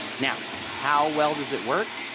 now how well does it work?